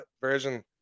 version